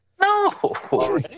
No